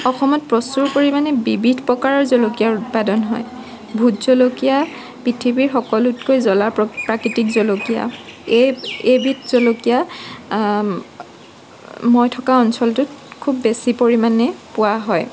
অসমত প্ৰচুৰ পৰিমাণে বিবিধ প্ৰকাৰৰ জলকীয়া উৎপাদন হয় ভোট জলকীয়া পৃথিৱীৰ সকলোতকৈ জ্বলা প্ৰাকৃতিক জলকীয়া এই এইবিধ জলকীয়া মই থকা অঞ্চলটোত খুব বেছি পৰিমাণে পোৱা হয়